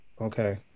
Okay